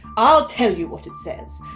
i'll tell you what it says.